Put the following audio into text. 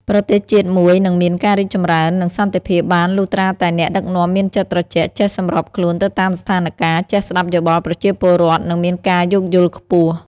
ប្រទេសជាតិមួយនឹងមានការរីកចម្រើន និងសន្តិភាពបានលុះត្រាតែអ្នកដឹកនាំមានចិត្តត្រជាក់ ចេះសម្របខ្លួនទៅតាមស្ថានការណ៍ ចេះស្ដាប់យោបល់ប្រជាពលរដ្ឋ និងមានការយោគយល់ខ្ពស់។